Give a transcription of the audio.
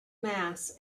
mass